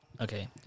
Okay